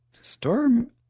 Storm